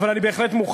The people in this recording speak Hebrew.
אבל אני בהחלט מוכן.